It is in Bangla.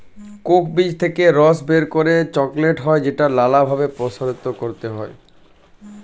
কোক বীজ থেক্যে রস বের করে চকলেট হ্যয় যেটাকে লালা ভাবে প্রসেস ক্যরতে হ্য়য়